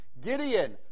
Gideon